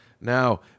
now